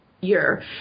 year